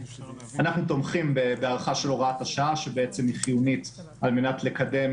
אנחנו תומכים בהארכה של הוראת השעה שהיא חיונית על מנת לקדם